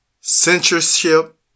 censorship